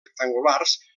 rectangulars